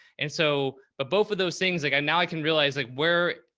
and so, but both of those things like i, now i can realize like where,